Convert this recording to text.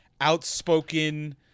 outspoken